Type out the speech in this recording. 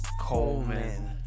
Coleman